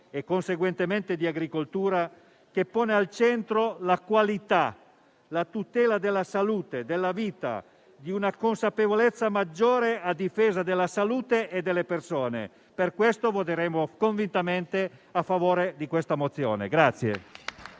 e conseguentemente di agricoltura, che pone al centro la qualità, la tutela della salute, della vita, con una maggiore consapevolezza a difesa della salute e delle persone. Per questo voteremo convintamente a favore della mozione in